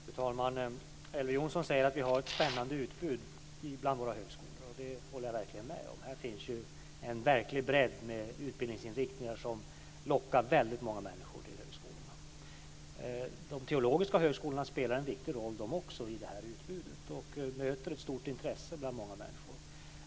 Fru talman! Elver Jonsson säger att vi har ett spännande utbud bland våra högskolor. Det håller jag verkligen med om. Här finns ju en verklig bredd med utbildningsinriktningar som lockar många människor till högskolorna. De teologiska högskolorna spelar också en viktig roll i det här utbudet och möter ett stort intresse bland många människor.